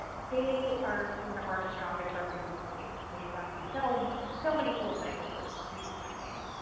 ah they are one of our strongest represented states and they have done so so many cool things with these campaigns.